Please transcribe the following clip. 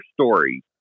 story